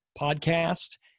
PODCAST